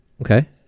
okay